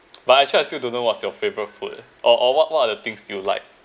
but actually I still don't know what's your favourite food or or what what are the things do you like